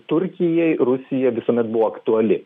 turkijai rusija visuomet buvo aktuali